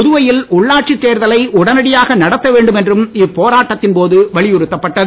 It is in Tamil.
புதுவையில் உள்ளாட்சித் தேர்தலை உடனடியாக நடத்தவேண்டும் என்றும் இப்போராட்டத்தின் போது வலியுறுத்தப்பட்டது